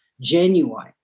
genuine